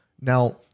now